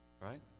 right